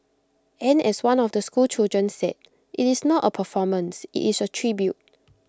and as one of the schoolchildren said IT is not A performance IT is A tribute